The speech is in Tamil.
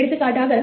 எடுத்துக்காட்டாக